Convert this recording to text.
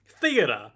Theatre